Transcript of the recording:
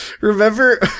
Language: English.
remember